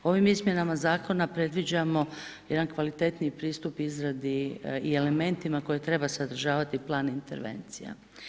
Ovim izmjenama zakona predviđamo jedan kvalitetniji pristup izradi i elementima koje treba sadržavati plan intervencija.